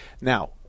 Now